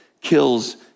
kills